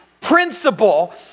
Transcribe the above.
principle